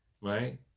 Right